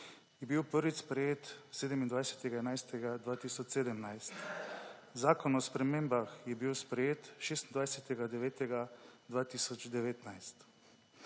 je bil prvič sprejet 27. 11. 2017. Zakon o spremembah je bil sprejet 26. 9. 2019.